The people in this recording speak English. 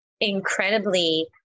incredibly